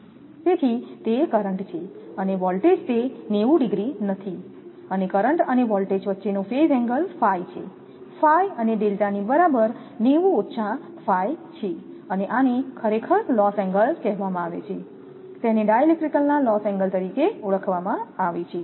તેથી તે કરંટ છે અને વોલ્ટેજ તે નથી અને કરંટ અને વોલ્ટેજ વચ્ચેનો ફેઈસએંગલ છે ϕ અને δ ની બરાબર છે અને આને ખરેખર લોસ એંગલ કહેવામાં આવે છે તેને ડાઇલેક્ટ્રિકના લોસ એંગલ તરીકે ઓળખવામાં આવે છે